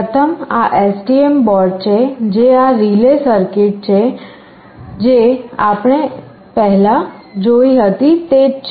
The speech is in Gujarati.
પ્રથમ આ STM બોર્ડ છે અને આ રિલે સર્કિટ છે જે આપણે પહેલાં જોઈ હતી તે જ છે